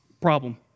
Problem